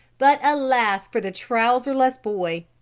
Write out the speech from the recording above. but alas for the trouserless boy!